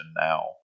Now